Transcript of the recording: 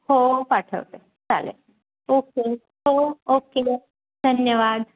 हो पाठवते चालेल ओके हो ओके धन्यवाद